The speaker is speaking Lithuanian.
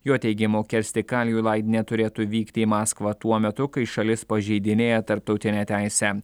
jo teigimu kersti kaljulaid neturėtų vykti į maskvą tuo metu kai šalis pažeidinėja tarptautinę teisę